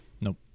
Nope